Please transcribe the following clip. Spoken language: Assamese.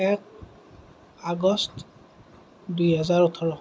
এক আগষ্ট দুহেজাৰ ওঠৰ